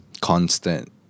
constant